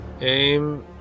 Aim